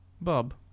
Bob